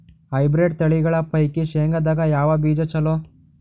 Hybrid ತಳಿಗಳ ಪೈಕಿ ಶೇಂಗದಾಗ ಯಾವ ಬೀಜ ಚಲೋ?